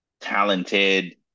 talented